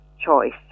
choice